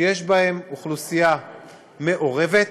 שיש בהם אוכלוסייה מעורבת,